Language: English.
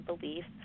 beliefs